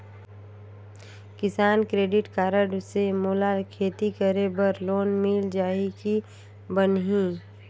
किसान credit card से मोला खेती करे बर लोन मिल जाहि की बनही??